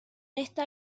esta